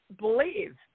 believe